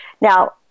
Now